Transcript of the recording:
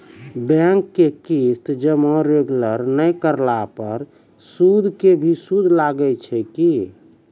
Bank के किस्त जमा रेगुलर नै करला पर सुद के भी सुद लागै छै कि?